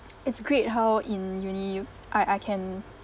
it's great how in uni you I I can